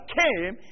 came